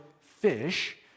fish